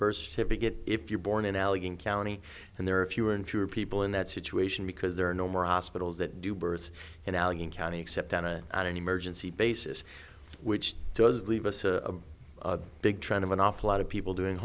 birth certificate if you're born in allegheny county and there are fewer and fewer people in that situation because there are no more hospitals that do births in allegheny county except on a an emergency basis which does leave us a big trend of an awful lot of people doing